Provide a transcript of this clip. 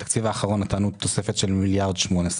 בתקציב האחרון נתנו תוספת של 1.8 מיליארד,